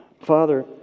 Father